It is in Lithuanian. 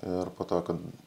ir po to kad